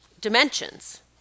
dimensions